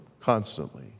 constantly